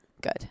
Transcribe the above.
Good